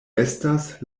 estas